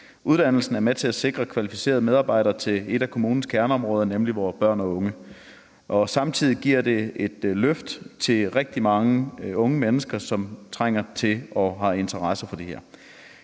Uddannelsen er med til at sikre kvalificerede medarbejdere til et af kommunens kerneområder, nemlig vores børn og unge. Samtidig giver det et løft til rigtig mange unge mennesker, som trænger til og har interesse for det her.